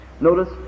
Notice